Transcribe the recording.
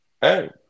Hey